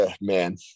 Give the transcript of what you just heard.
man